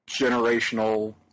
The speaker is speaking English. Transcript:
generational